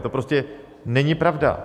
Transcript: To prostě není pravda.